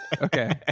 Okay